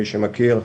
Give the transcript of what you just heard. למי שמכיר,